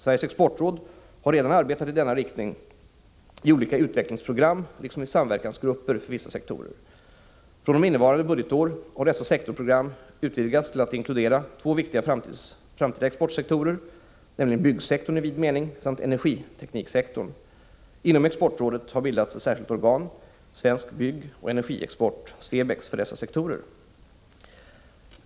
Sveriges exportråd har redan arbetat i denna riktning i olika utvecklingsprogram liksom i samverkansgrupper för vissa sektorer. fr.o.m. innevarande budgetår har dessa sektorprogram utvidgats till att inkludera två viktiga framtida exportsektorer, nämligen byggsektorn i vid mening samt energitekniksektorn. Inom exportrådet har bildats ett särskilt organ — svensk byggoch energiexport — för dessa sektorer.